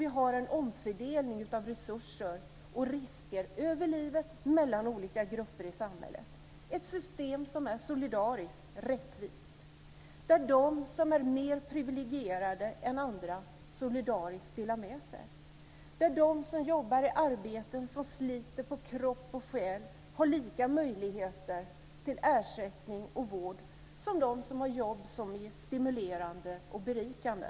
Vi har en omfördelning av resurser och risker över livet och mellan olika grupper i samhället. Det är ett system som är solidariskt och rättvist där de som är mer privilegierade än andra solidariskt delar med sig. De som jobbar i arbeten som sliter på kropp och själ har lika möjligheter till ersättning och vård som de som har jobb som är stimulerande och berikande.